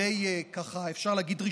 אפשר להגיד,